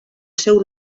seu